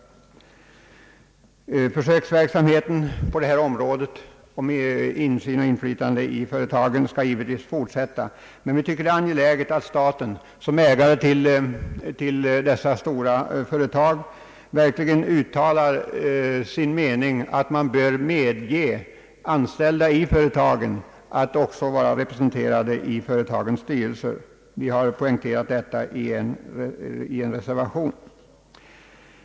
Försöksverksamheten med insyn och inflytande i företagen skall givetvis fortsätta, men vi tycker att det är angeläget att staten såsom ägare till dessa stora företag verkligen uttalar sin mening att anställda i företagen bör medges vara representerade i företagens styrelser. Vi har poängterat detta i en reservation.